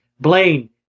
Blaine